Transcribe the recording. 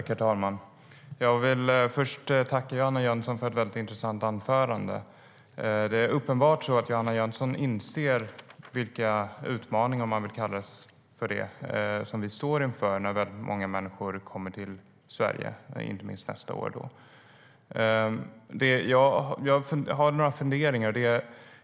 Herr talman! Jag vill först tacka Johanna Jönsson för ett intressant anförande. Det är uppenbart så att Johanna Jönsson inser vilka utmaningar, om man vill kalla det så, vi står inför när väldigt många människor kommer till Sverige. Det gäller inte minst nästa år. Jag har några funderingar.